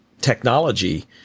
technology